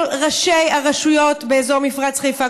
כל ראשי הרשויות באזור מפרץ חיפה,